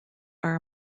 are